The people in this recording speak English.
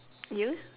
you